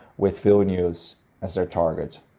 with vilnius as their target.